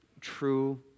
true